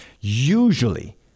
usually